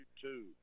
two